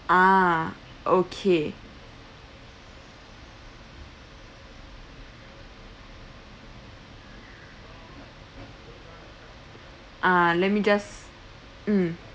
ah okay ah let me just mm